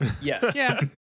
Yes